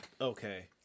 Okay